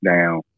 down